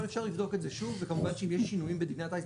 אבל אפשר לבדוק את זה שוב וכמובן שאם יש שינויים בדיני הטייס,